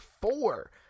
four